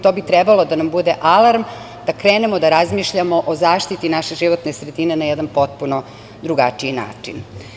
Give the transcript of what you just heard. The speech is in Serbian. To bi trebalo da nam bude alarm da krenemo da razmišljamo o zaštiti naše životne sredine na jedan potpuno drugačiji način.